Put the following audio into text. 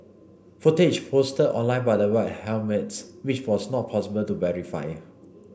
footage posted online by the White Helmets which was not possible to verify